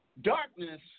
Darkness